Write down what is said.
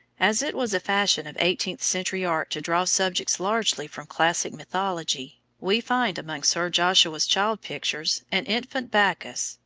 as it was a fashion of eighteenth century art to draw subjects largely from classic mythology, we find among sir joshua's child pictures an infant bacchus,